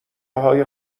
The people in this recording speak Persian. های